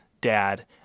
dad